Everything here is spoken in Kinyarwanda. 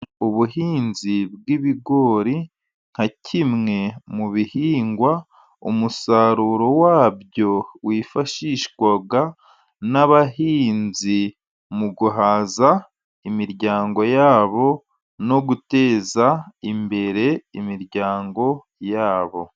Ubuhinzi bw'ibigori nka kimwe mu bihingwa. Umusaruro wabyo wifashishwa n'abahinzi mu guhaza imiryango yabo, no guteza imbere imiryango yabo.